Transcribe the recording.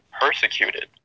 persecuted